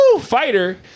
fighter